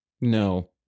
No